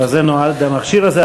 לזה נועד המכשיר הזה.